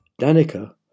Danica